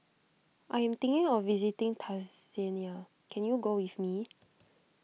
I am thinking of visiting Tanzania can you go with me